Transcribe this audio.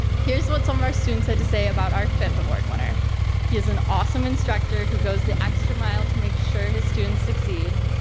here's what some of our students had to say about our fifth award winner he is an awesome instructor who goes the extra mile to make sure his students succeed,